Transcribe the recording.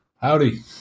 Howdy